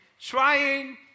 trying